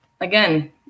Again